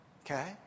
Okay